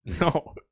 No